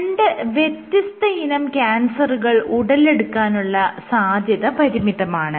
രണ്ട് വ്യത്യസ്തയിനം ക്യാൻസറുകൾ ഉടലെടുക്കാനുള്ള സാധ്യത പരിമിതമാണ്